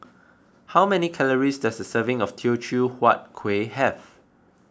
how many calories does a serving of Teochew Huat Kueh have